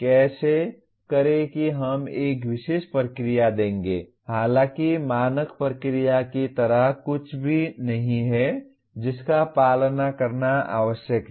कैसे करें कि हम एक विशेष प्रक्रिया देंगे हालांकि मानक प्रक्रिया की तरह कुछ भी नहीं है जिसका पालन करना आवश्यक है